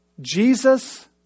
Jesus